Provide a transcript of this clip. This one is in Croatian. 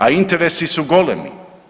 A interesi su golemi.